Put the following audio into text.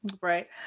Right